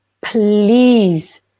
please